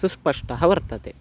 सुस्पष्टः वर्तते